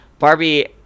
barbie